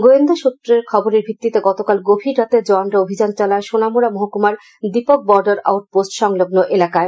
গোয়েন্দা সূত্রে খবরের ভিত্তিতে গতকাল গভীর রাতে জওয়ানরা অভিযান চালায় সোনামুড়া মহকুমার দীপক বর্ডার আউটপোস্ট সংলগ্ন এলাকায়